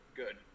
good